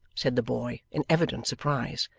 said the boy, in evident surprise.